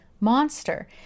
monster